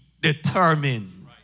determined